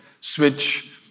switch